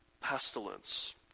pestilence